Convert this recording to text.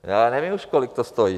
Já nevím už, kolik to stojí.